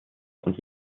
und